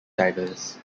divers